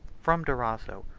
from durazzo,